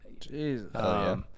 Jesus